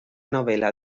novela